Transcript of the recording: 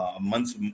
month's